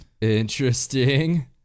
interesting